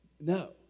No